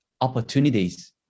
opportunities